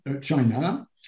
China